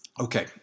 Okay